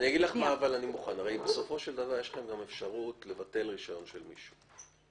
יש לכם כאן גם אפשרות לבטל רישיון של מישהו,